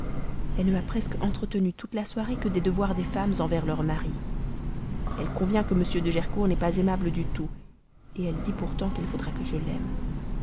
elle ne m'a presque entretenue toute la soirée que des devoirs des femmes envers leurs maris elle convient que m de gercourt n'est pas aimable du tout elle dit pourtant qu'il faudra que je l'aime